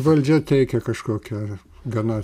valdžia teikia kažkokią gana